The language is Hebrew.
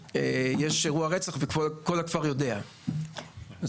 שיש אירוע רצח וכל הכפר יודע מי המבצעים,